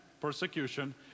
persecution